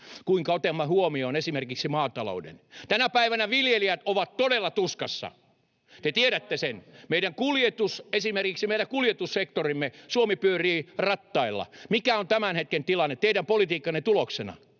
kuinka otatte huomioon esimerkiksi maatalouden. Tänä päivänä viljelijät ovat todella tuskassa. [Tuomas Kettunen: Pitää paikkansa!] Te tiedätte sen. Esimerkiksi meidän kuljetussektorimme — Suomi pyörii rattailla — mikä on tämän hetken tilanne teidän politiikkanne tuloksena?